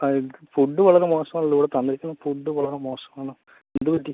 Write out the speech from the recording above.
ആ ഇത് ഫുഡ് വളരെ മോശമാണല്ലോ ഇവിടെ തന്നിരിക്കുന്ന ഫുഡ് വളരെ മോശമാണ് എന്തു പറ്റി